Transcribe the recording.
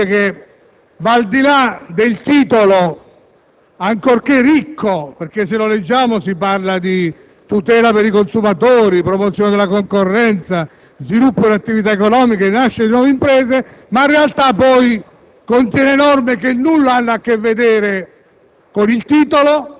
è un decreto-legge che va al di là del titolo, ancorché ricco, perché se lo leggiamo si parla di tutela per i consumatori, di promozione della concorrenza, di sviluppo delle attività economiche, di nascita di nuove imprese, ma in realtà esso contiene norme che nulla hanno a che vedere con